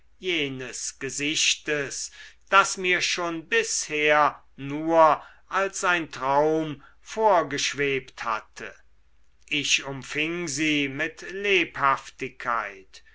jenes gesichtes das mir schon bisher nur als ein traum vorgeschwebt hatte ich umfing sie mit lebhaftigkeit